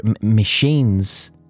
machines